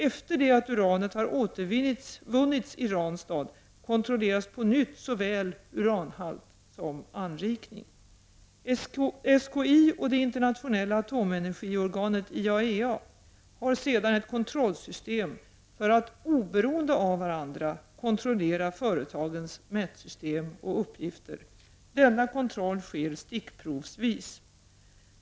Efter det att uranet har återvunnits i Ranstad kontrolleras på nytt såväl uranhalt som anrikning. SKI och det internationella atomenergiorganet IAEA har sedan ett kontrollsystem för att oberoende av varandra kontrollera företagens mätsystem och uppgifter. Denna kontroll sker stickprovsvis.